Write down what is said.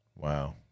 Wow